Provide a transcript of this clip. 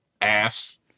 Ass